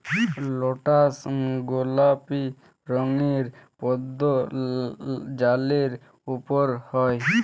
lotus গলাপি রঙের পদ্দ জালের উপরে হ্যয়